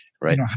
Right